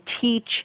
teach